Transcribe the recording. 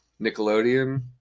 nickelodeon